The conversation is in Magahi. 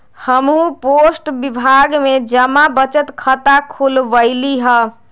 हम्हू पोस्ट विभाग में जमा बचत खता खुलवइली ह